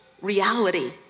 reality